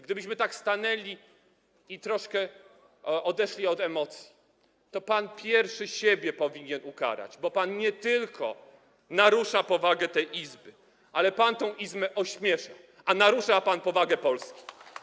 Gdybyśmy tak stanęli i troszkę odeszli od emocji, to okazałoby się, że pan pierwszy siebie powinien ukarać, bo pan nie tylko narusza powagę tej Izby, ale pan tę Izbę ośmiesza, a narusza pan powagę Polski.